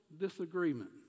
disagreement